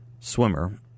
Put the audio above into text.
swimmer